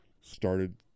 started